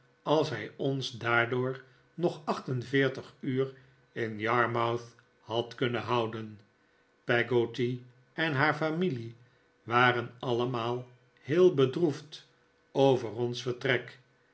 als hij ons daardoor nog acht en veertig uur in yarmouth had kunnen houden peggotty en haar familie waren allemaal heel bedroefd over ons vertrek